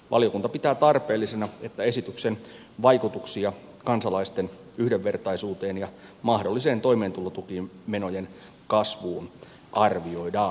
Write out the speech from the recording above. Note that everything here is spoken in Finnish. valiokunta pitää tarpeellisena että esityksen vaikutuksia kansalaisten yhdenvertaisuuteen ja mahdolliseen toimeentulotukimenojen kasvuun arvioidaan